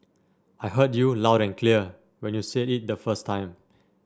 I heard you loud and clear when you said it the first time